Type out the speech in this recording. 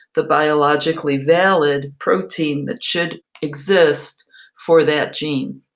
the biologically valid protein that should exist for that gene.